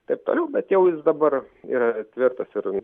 taip toliau bet jau jis dabar yra tvirtas ir